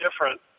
different